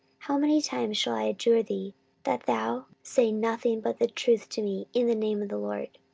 how many times shall i adjure thee that thou say nothing but the truth to me in the name of the lord?